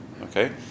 Okay